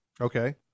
Okay